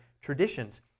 traditions